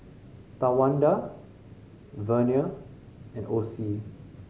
Tawanda Vernia and Ossie